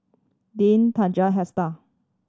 Dean Taja Hester